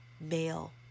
male